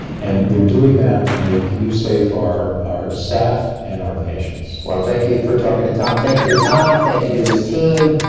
and they're doing that to make you safe, our our staff and our patients. thank you for talking to tom. thank you to tom. thank you to his team.